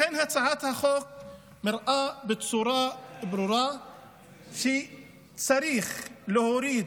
הצעת החוק מראה בצורה ברורה שצריך להוריד